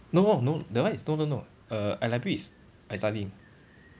no no that one is no no no err I library is I study